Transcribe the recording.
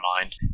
mind